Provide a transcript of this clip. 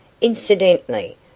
Incidentally